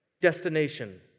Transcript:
destination